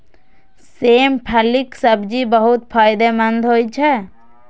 सेम फलीक सब्जी बहुत फायदेमंद होइ छै